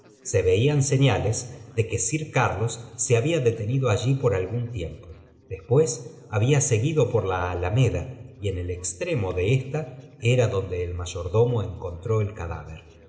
se veían señales de que sir carlos se había destenido allí por algún tiempo después había seguido por ia alameda y en el extremo de ésta era donde el mayordomo encontró el cadáver